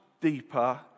deeper